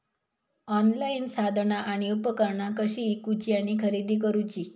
Online साधना आणि उपकरणा कशी ईकूची आणि खरेदी करुची?